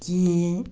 کِہیٖنۍ